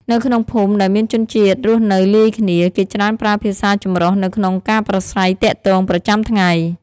នៅក្នុងភូមិដែលមានជនជាតិរស់នៅលាយគ្នា គេច្រើនប្រើភាសាចម្រុះនៅក្នុងការប្រាស្រ័យទាក់ទងប្រចាំថ្ងៃ។